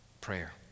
prayer